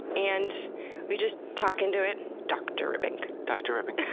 and we just talk into it, dr. ribbink. dr. ribbink.